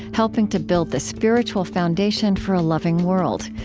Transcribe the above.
helping to build the spiritual foundation for a loving world.